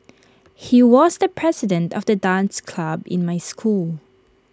he was the president of the dance club in my school